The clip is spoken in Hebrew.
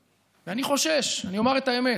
אני חושש, אני אומר את האמת.